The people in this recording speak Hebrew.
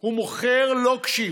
הוא מוכר לוקשים